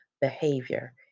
behavior